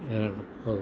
வேறு அவ்வளோ